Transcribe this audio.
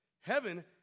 Heaven